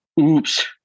Oops